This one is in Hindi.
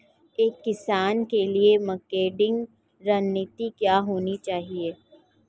एक किसान के लिए मार्केटिंग रणनीति क्या होनी चाहिए?